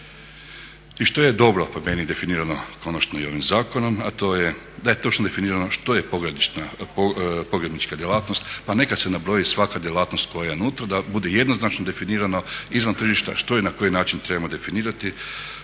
što je dobro po meni definirano konačno i ovim zakonom, a to je da je točno definirano što je pogrebnička djelatnost pa neka se nabroji svaka djelatnost koja je unutra da bude jednoznačno definirano izvan tržišta što i na koji način trebamo definirati,